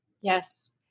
Yes